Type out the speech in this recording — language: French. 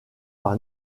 par